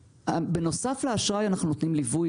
בנוסף לאשראי אנחנו נותנים ליווי,